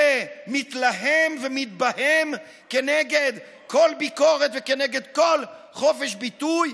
שמתלהם ומתבהם כנגד כל ביקורת וכנגד כל חופש ביטוי,